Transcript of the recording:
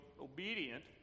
obedient